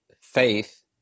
faith